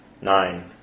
Nine